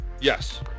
Yes